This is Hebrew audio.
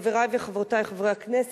חברי וחברותי חברי הכנסת,